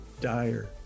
dire